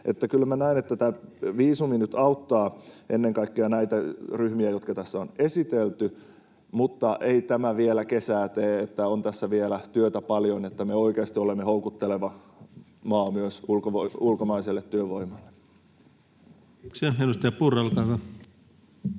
näen, että tämä viisumi nyt auttaa ennen kaikkea näitä ryhmiä, jotka tässä on esitelty, mutta ei tämä vielä kesää tee, että on tässä vielä työtä paljon, että me oikeasti olemme houkutteleva maa myös ulkomaiselle työvoimalle. Kiitoksia. — Edustaja Purra, olkaa hyvä.